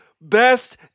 best